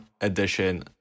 edition